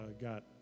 got